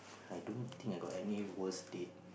I don't think I got any worst date